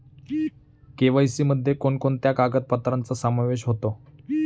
KYC मध्ये कोणकोणत्या कागदपत्रांचा समावेश होतो?